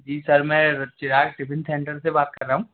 जी sir मैं Chirag tiffin centre से बात कर रहा हूँ